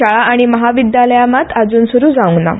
शाळा आनी म्हाविद्यालयां मात अजून सुरू जावंक नात